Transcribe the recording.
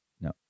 No